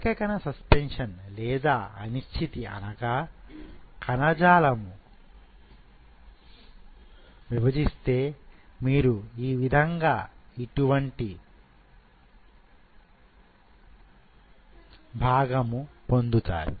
ఏక కణ సస్పెన్షన్ లేదా అనిశ్చితి అనగా ఈ కణజాలము విభజిస్తే మీరు ఈ విధంగా ఇటువంటి భాగము పొందుతారు